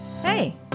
Hey